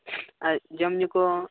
ᱟᱨ ᱡᱚᱢ ᱧᱩ ᱠᱚ